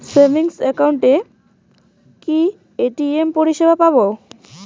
Savings একাউন্টে কি ATM পরিসেবা পাব?